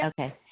Okay